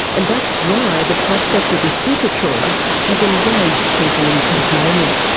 and that's why the prospect of the super trawler has enraged people in tasmania.